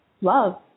love